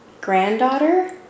granddaughter